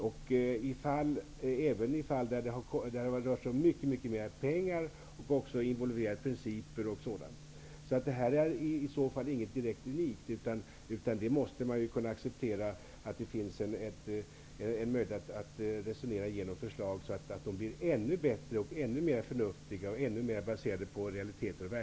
Det har gällt även i sådana fall där det har rört sig om mycket pengar och involverat olika principer. Detta är inget direkt unikt, utan man måste kunna acceptera att det finns en möjlighet att resonera igenom förslag så att de blir ännu bättre, ännu mer förnuftiga och ännu mer baserade på realiteter.